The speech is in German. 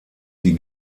sie